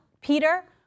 Peter